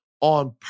on